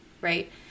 right